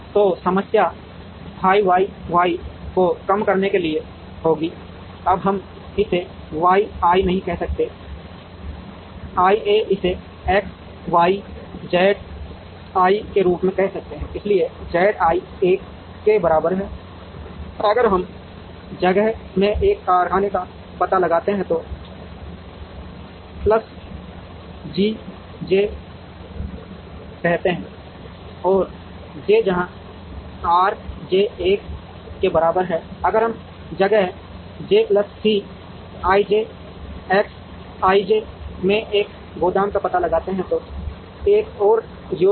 तो समस्या phi Y Y को कम करने के लिए होगी अब हम इसे वाई आई नहीं कहते हैं आइए इसे एक्सवाईजेड आई के रूप में कहते हैं इसलिए जेड आई 1 के बराबर अगर हम जगह में एक कारखाने का पता लगाते हैं तो प्लस जीजे कहते हैं आर जे जहां R j 1 के बराबर है अगर हम जगह j plus C ij X ij में एक गोदाम का पता लगाते हैं तो एक और योग